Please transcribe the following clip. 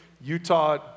Utah